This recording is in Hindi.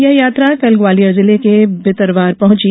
यह यात्रा कल ग्वालियर जिले के भितरवार पहुँची